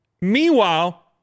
Meanwhile